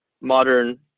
modern